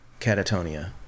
catatonia